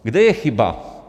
Kde je chyba?